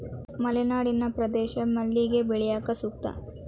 ಮಲೆನಾಡಿನ ಪ್ರದೇಶ ಮಲ್ಲಿಗೆ ಬೆಳ್ಯಾಕ ಸೂಕ್ತ